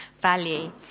value